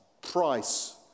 price